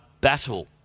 battle